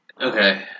Okay